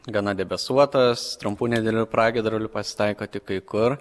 gana debesuotas trumpų nedidelių pragiedrulių pasitaiko tik kai kur